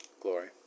glory